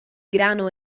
grano